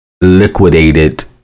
liquidated